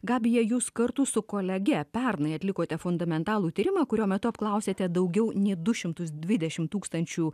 gabija jūs kartu su kolege pernai atlikote fundamentalų tyrimą kurio metu apklausėte daugiau nei du šimtus dvidešim tūkstančių